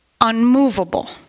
Unmovable